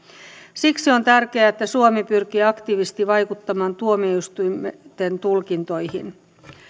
siksi on tärkeää että suomi pyrkii aktiivisesti vaikuttamaan tuomioistuinten tulkintoihin